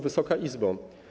Wysoka Izbo!